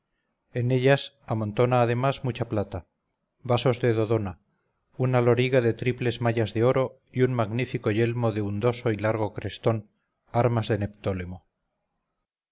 en ellas amontona además mucha plata vasos de dodona una loriga de triples mallas de oro y un magnífico yelmo de undoso y largo crestón armas de